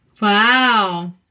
Wow